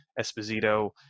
esposito